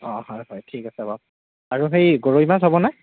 অঁ হয় হয় ঠিক আছে বাৰু আৰু হেই গৰৈমাছ হ'বনে